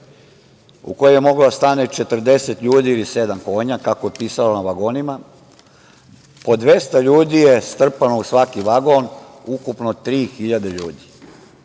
u koje je moglo da stane 40 ljudi ili sedam konja, kako je pisalo na vagonima. Po 200 ljudi je strpalo u svaki vagon, ukupno 3.000 ljudi